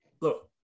look